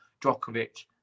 Djokovic